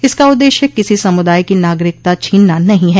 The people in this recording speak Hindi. इसका उद्देश्य किसी समुदाय की नागरिकता छीनना नहीं है